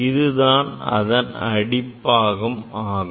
இது அதன் அடிப்பாகம் ஆகும்